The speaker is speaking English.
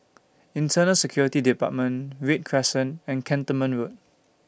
Internal Security department Read Crescent and Cantonment Road